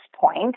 point